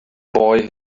boy